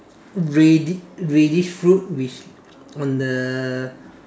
reddish reddish fruit which on the